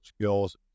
skills